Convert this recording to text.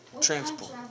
Transport